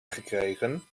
gekregen